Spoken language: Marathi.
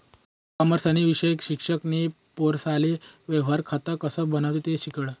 कॉमर्सना विषय शिक्षक नी पोरेसले व्यवहार खातं कसं बनावो ते शिकाडं